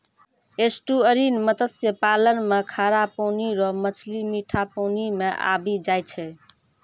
estuarine मत्स्य पालन मे खारा पानी रो मछली मीठा पानी मे आबी जाय छै